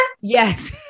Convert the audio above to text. Yes